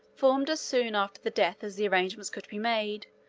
formed as soon after the death as the arrangements could be made,